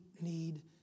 need